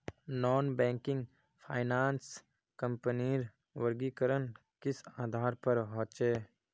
Non banking finance कंपनीर वर्गीकरण किस आधार पर होचे?